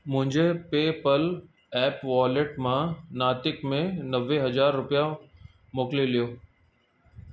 मुंहिंजे PayPal app wallet मां नातिक में नवे हज़ार पिया मोकिलियो